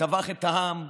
טבח את העם,